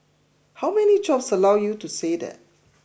how many jobs allow you to say that